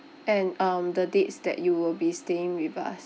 and um the dates that you will be staying with us